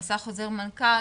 הוא עשה חוזר מנכ"ל,